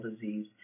disease